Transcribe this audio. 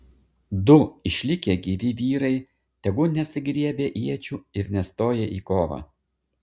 du išlikę gyvi vyrai tegu nesigriebia iečių ir nestoja į kovą